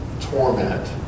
torment